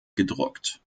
gedruckt